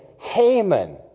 Haman